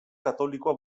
katolikoa